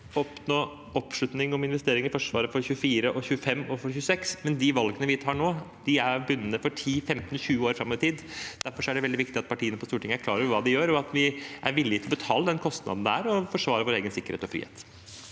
oppnå oppslutning om investeringer i Forsvaret for 2024, 2025 og 2026, men de valgene vi tar nå, er bindende for 10–20 år fram i tid. Derfor er det veldig viktig at partiene på Stortinget er klar over hva de gjør, og at vi er villig til å betale den kostnaden det er å forsvare vår egen sikkerhet og frihet.